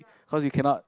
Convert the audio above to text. cause you cannot